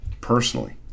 personally